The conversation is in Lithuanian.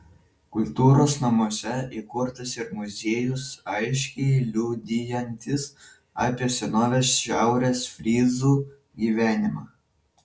kultūros namuose įkurtas ir muziejus aiškiai liudijantis apie senovės šiaurės fryzų gyvenimą